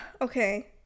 okay